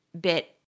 bit